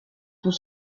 tout